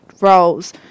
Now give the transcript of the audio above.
roles